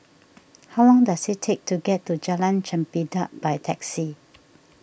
how long does it take to get to Jalan Chempedak by taxi